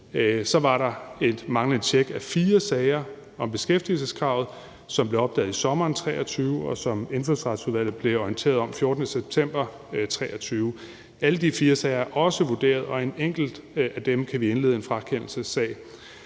Så var der et manglende tjek af fire sager om beskæftigelseskravet, som blev opdaget i sommeren 2023, og som Indfødsretsudvalget blev orienteret om den 14. september 2023. Alle de fire sager er også vurderet, og i en enkelt af dem kan vi indlede en frakendelsessag.